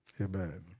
Amen